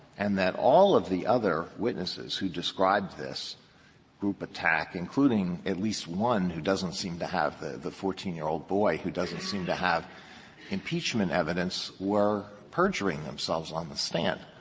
and that all of the other witnesses who described this group attack, including at least one who doesn't seem to have the the fourteen year old boy, who doesn't seem to have impeachment evidence, were perjuring themselves on the stand.